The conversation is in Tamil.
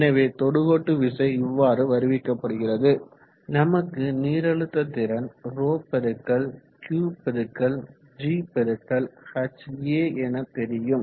எனவே தொடுக்கோட்டு விசை இவ்வாறு வருவிக்கப்படுகிறது நமக்கு நீரழுத்த திறன் ρQgHa என தெரியும்